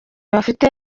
bafite